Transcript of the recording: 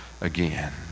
again